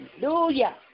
hallelujah